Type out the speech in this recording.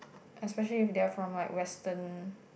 especially if they are from like Western